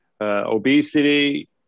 obesity